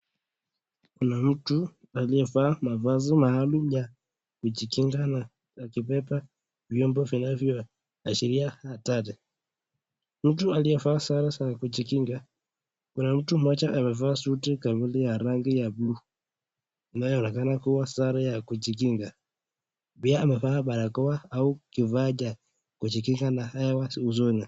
Kuna mtu aliyevaa mavazi maalum, ya kujikinga akibeba vyombo vinavyoashiria hatari, mtu aliyevaa sare za kujikinga, kuna mtu mmoja aliyevaa suti kamili ya rangi ya buluu, inayoonekana kuwa sare ya kujikinga, pia amevaa barakoa kujikinga na hewa mbaya usoni.